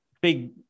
big